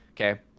okay